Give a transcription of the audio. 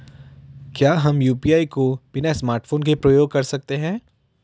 क्या हम यु.पी.आई को बिना स्मार्टफ़ोन के प्रयोग कर सकते हैं?